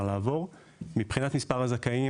מבחינת מספר הזכאים,